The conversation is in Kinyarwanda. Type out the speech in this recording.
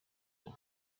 wiwe